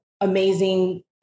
amazing